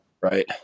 right